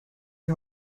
die